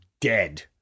dead